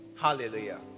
Hallelujah